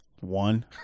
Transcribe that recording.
One